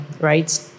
right